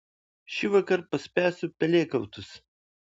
šįvakar paspęsiu pelėkautus